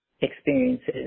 experiences